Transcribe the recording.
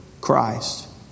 Christ